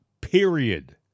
Period